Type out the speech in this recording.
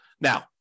Now